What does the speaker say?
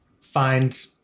find